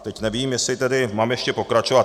Teď nevím, jestli mám ještě pokračovat.